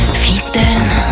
fidèle